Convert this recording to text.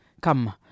Come